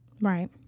Right